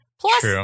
Plus